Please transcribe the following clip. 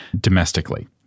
domestically